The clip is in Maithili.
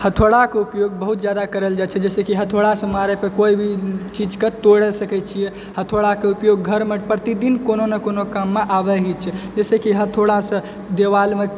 हथोड़ाके उपयोग बहुत जादा करल जाइ छै जाहिसॅं की हथौड़ा सऽ मारय पर कोइ भी चीज के तोड़ि सकै छियै हथोड़ाके उपयोग घर मे प्रतिदिन कोनो ने कोनो काम मे आबि हि छै जैसेकि हथौड़ा से दिवाल मे